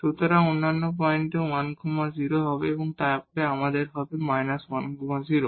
সুতরাং অন্যান্য পয়েন্টে 1 0 হবে এবং তারপরে আমাদের হবে 1 0